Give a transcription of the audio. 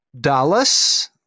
Dallas